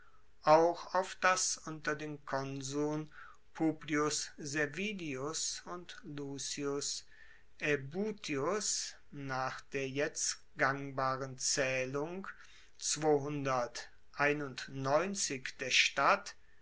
auch auf das unter den konsuln publius servilius und lucius aebutius nach der jetzt gangbaren zählung der stadt